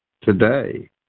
today